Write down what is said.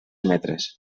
metres